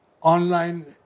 online